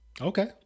Okay